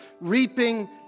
reaping